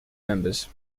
members